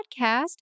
podcast